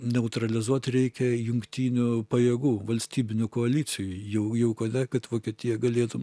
neutralizuot reikia jungtinių pajėgų valstybinių koalicijų jau jau kada kad vokietiją galėtum